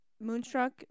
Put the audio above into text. Moonstruck